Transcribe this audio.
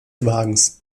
wagens